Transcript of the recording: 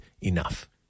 enough